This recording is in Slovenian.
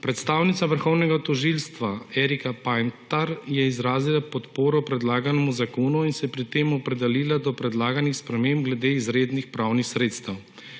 Predstavnica Vrhovnega tožilstva Erika Pajntar je izrazila podporo predlaganemu zakonu in se pri tem opredelila do predlaganih sprememb glede izrednih pravnih sredstev.